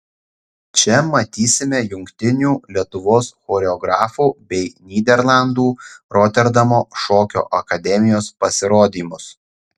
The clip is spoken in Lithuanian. čia matysime jungtinių lietuvos choreografų bei nyderlandų roterdamo šokio akademijos pasirodymus